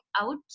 out